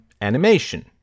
animation